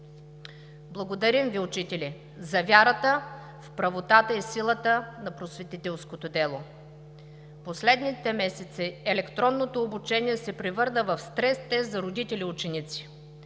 Благодарим Ви, учители, за вярата в правотата и силата на просветителското дело! Последните месеци електронното обучение се превърна в стрес тест за родители и ученици.